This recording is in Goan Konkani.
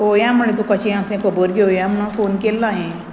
पोवया म्हळें तूं कशें आसा तें खबर घेवया म्हणून फोन केल्लो हांवें